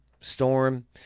Storm